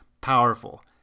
powerful